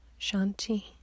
Shanti